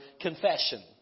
confession